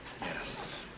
Yes